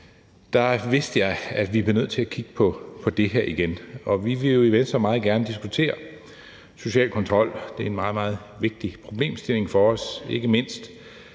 i, vidste jeg, at vi bliver nødt til at kigge på det her igen. Og vi i Venstre vil jo meget gerne diskutere social kontrol. Det er en meget, meget vigtig problemstilling for os, ikke mindst